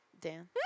Dan